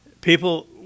People